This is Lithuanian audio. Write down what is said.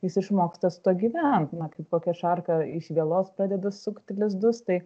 jis išmoksta su tuo gyvent na kaip kokia šarka iš vielos padeda sukti lizdus tai